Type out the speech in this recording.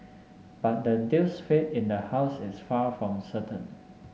but the deal's fate in the House is far from certain